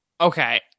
Okay